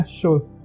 shows